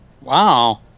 Wow